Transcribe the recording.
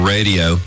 Radio